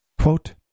Quote